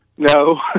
No